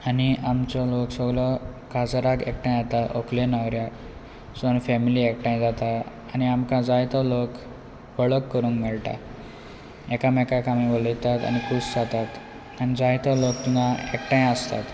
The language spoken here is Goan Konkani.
आनी आमचो लोक सगळो काजराक एकठांय येता वकलेक नवऱ्याक सो आनी फॅमिली एकठांय जाता आनी आमकां जाय तो लोक वळख करूंक मेळटा एकांमेकाक आमी उलयतात आनी खूश जातात आनी जायतो लोक थंय एकठांय आसतात